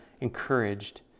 encouraged